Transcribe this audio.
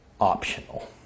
optional